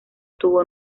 tuvo